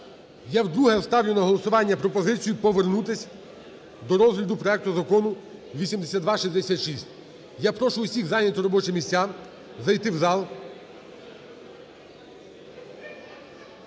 я вдруге ставлю на голосування пропозицію повернутись до розгляду проекту Закону 8266. Я прошу усіх зайняти робочі місця, зайти в зал.